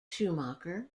schumacher